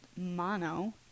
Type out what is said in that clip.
mono